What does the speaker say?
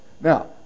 Now